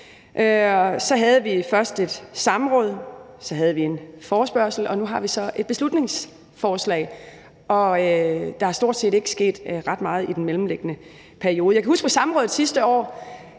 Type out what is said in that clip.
Så havde vi først et samråd, så havde vi en forespørgsel, og nu har vi så et beslutningsforslag. Og der er ikke sket ret meget i den mellemliggende periode. På samrådet sidste år